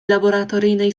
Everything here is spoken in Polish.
laboratoryjnej